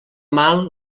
mal